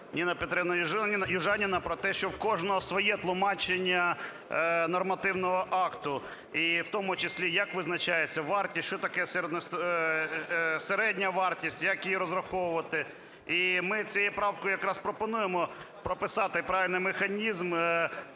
Ніна Петрівна Южаніна, про те, що в кожного своє тлумачення нормативного акт,у і в тому числі як визначається вартість, що таке середня вартість, як її розраховувати. І ми цією правкою якраз пропонуємо прописати правильно механізм